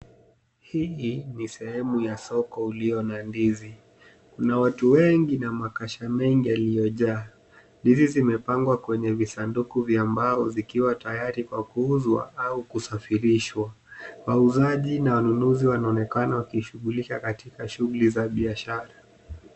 Hili ni sehemu ya soko ulio na ndizi. Kuna watu wengi na makasha mengi walio jaa. Ndizi zimepangwa kwenye visanduku vya mbao zikiwa tayari kwa kuuzwa au kusafirishwa. Wauzaji na wanunuzi wanaonekana wakijishughulisha katika shughuli za biashara.